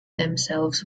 themselves